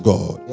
God